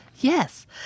Yes